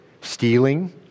stealing